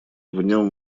нем